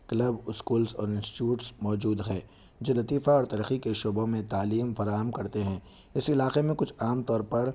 club schools اور institutes موجود ہے جو لطیفہ اور ترقی کے شعبوں میں تعلیم فراہم کرتے ہیں اس علاخے میں کچھ عام طور پر